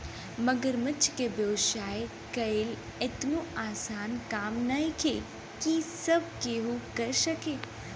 मगरमच्छ के व्यवसाय कईल एतनो आसान काम नइखे की सब केहू कर सके